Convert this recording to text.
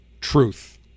truth